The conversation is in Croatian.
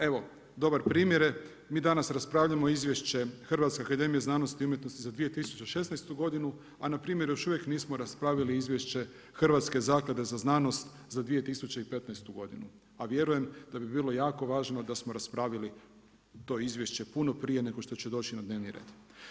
Evo dobar primjer je, mi danas raspravljamo Izvješće o Hrvatskoj akademiji za znanost i umjetnost za 2016. godinu a npr. još uvijek nismo raspravili izvješće Hrvatske zaklade za znanost za 2015. godinu a vjerujem da bi bilo jako važno da smo raspravili to izvješće puno prije nego što će doći na dnevni red.